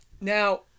Now